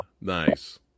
Nice